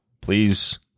Please